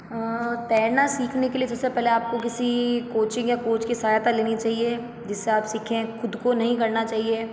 तैरना सीखने के लिए जैसे पहले आपको किसी कोचिंग या कोच की सहायता लेनी चाहिए जिससे आप सीखें खुद को नहीं करना चाहिए